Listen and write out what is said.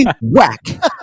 Whack